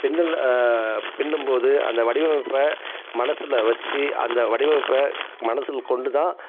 பின்னலை பின்னும் போது அந்த வடிவமைப்பை மனசில் வச்சு அந்த வடிவமைப்பை மனசில் கொண்டு தான்